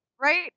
Right